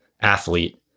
athlete